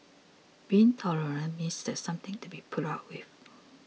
being tolerant means there's something to be put up with